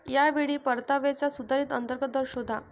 या वेळी परताव्याचा सुधारित अंतर्गत दर शोधा